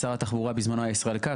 שר התחבורה בזמנו היה ישראל כץ,